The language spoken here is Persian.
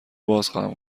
بازخواهم